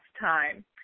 time